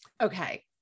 Okay